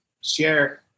share